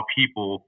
people